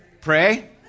Pray